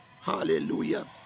Hallelujah